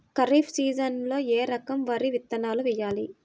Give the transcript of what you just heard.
ఖరీఫ్ సీజన్లో ఏ రకం వరి విత్తనాలు వేయాలి?